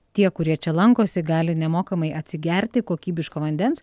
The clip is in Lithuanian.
tie kurie čia lankosi gali nemokamai atsigerti kokybiško vandens